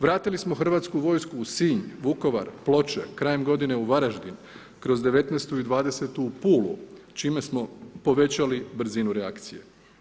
Vratili smo hrvatsku vojsku u Sinj, Vukovar, Ploče, krajem godine u Varaždin, kroz 2019. i 2020. u Pulu čime smo povećali brzinu reakcije.